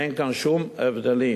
אין כאן שום הבדלים.